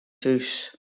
thús